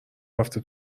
رفته